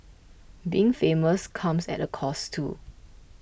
being famous comes at a cost too